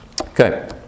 Okay